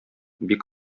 бик